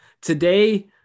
Today